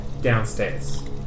downstairs